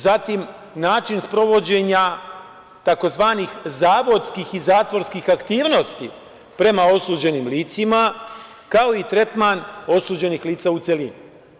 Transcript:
Zatim, način sprovođenja tzv. „zavodskih i zatvorskih“ aktivnosti prema osuđenim licima, kao i tretman osuđenih lica u celini.